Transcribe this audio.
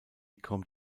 kommt